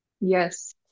Yes